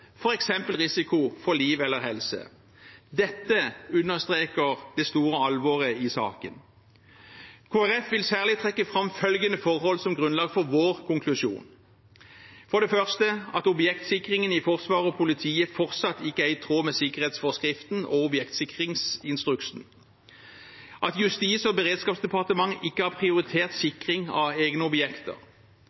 f.eks. risiko for liv eller helse. Dette understreker det store alvoret i saken. Kristelig Folkeparti vil særlig trekke fram følgende forhold som grunnlag for sin konklusjon: at objektsikringen i Forsvaret og politiet fortsatt ikke er i tråd med sikkerhetsforskriften og objektsikringsinstruksen at Justis- og beredskapsdepartementet ikke har prioritert sikring av egne objekter